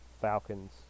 Falcons